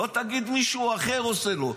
לא תגיד שמישהו אחר עושה לו.